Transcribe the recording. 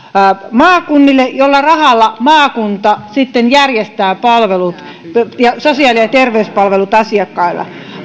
jolla maakunta sitten järjestää sosiaali ja terveyspalvelut asiakkaille